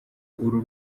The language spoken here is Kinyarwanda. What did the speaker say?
uru